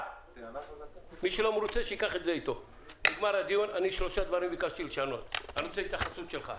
ביקשתי לשנות שלושה דברים ואני רוצה את התייחסותך.